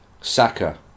Saka